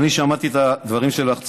אני שמעתי את הדברים שלך,